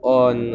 on